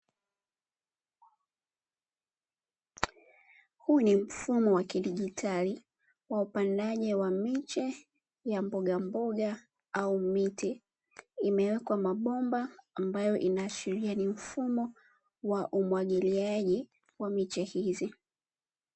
Huu ni mfumo wa kidijitali wa upandaji wa miche ya mboga mboga au miti imewekwa mabomba ambayo inaashiria ni mfumo wa umwagiliaji wa miche hizi.